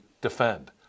defend